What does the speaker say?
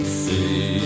see